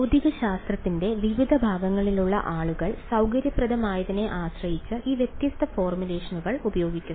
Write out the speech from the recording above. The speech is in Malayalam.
ഭൌതികശാസ്ത്രത്തിന്റെ വിവിധ ഭാഗങ്ങളിലുള്ള ആളുകൾ സൌകര്യപ്രദമായതിനെ ആശ്രയിച്ച് ഈ വ്യത്യസ്ത ഫോർമുലേഷനുകൾ ഉപയോഗിക്കുന്നു